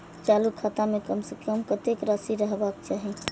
चालु खाता में कम से कम कतेक राशि रहबाक चाही?